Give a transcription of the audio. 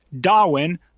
Darwin